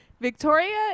Victoria